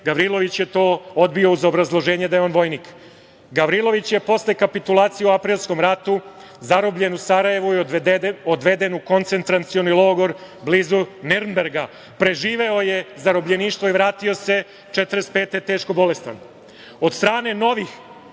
Gavrilović je to odbio uz obrazloženje da je on vojnik. Gavrilović je posle kapitulacije u aprilskom ratu zarobljen u Sarajevu i odveden u koncentracioni logor blizu Nirnberga. Preživeo je zarobljeništvo i vratio se 1945. godine teško bolestan. Od strane novih